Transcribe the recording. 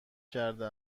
کرده